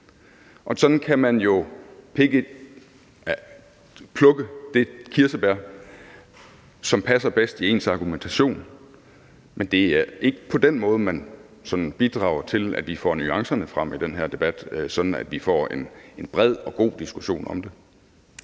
Sådan kan man plukke det kirsebær, som passer bedst i ens argumentation, men det er ikke på den måde, man bidrager til, at vi får nuancerne frem i den her debat, sådan at vi får en bred og god diskussion om det.